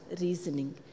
reasoning